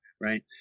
Right